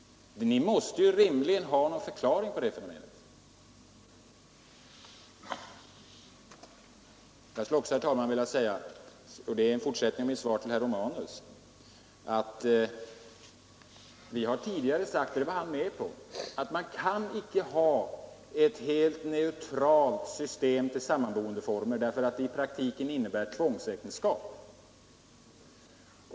Ni måste ju rimligen ha någon förklaring till det fenomenet. Jag skulle också, herr talman, vilja säga — och det är en fortsättning av mitt svar till herr Romanus — att vi har tidigare sagt, och det var han med på, att man kan icke ha en helt neutral ställning till sammanboendeformerna, för det innebär i praktiken ett tvångsäktenskap.